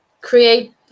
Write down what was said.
create